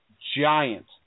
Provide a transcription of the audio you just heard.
giant